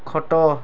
ଖଟ